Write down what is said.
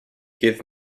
give